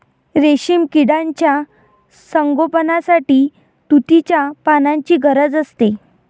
रेशीम किड्यांच्या संगोपनासाठी तुतीच्या पानांची गरज असते